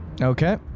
Okay